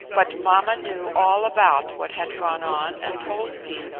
but mamma knew all about what had gone on and told me,